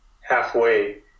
halfway